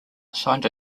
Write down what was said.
assigned